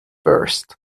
first